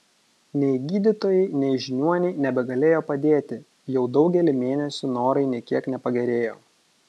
nei gydytojai nei žiniuoniai nebegalėjo padėti jau daugelį mėnesių norai nė kiek nepagerėjo